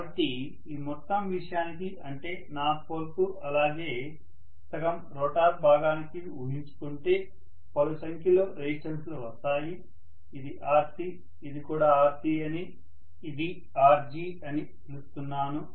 కాబట్టి ఈ మొత్తం విషయానికి అంటే నార్త్ పోల్ కు అలాగే సగం రోటర్ భాగానికి ఊహించుకుంటే పలు సంఖ్యలో రెసిస్టెన్స్ లు వస్తాయి ఇది Rcఅని ఇది కూడా Rcఅని ఇది Rgఅని పిలుస్తున్నాను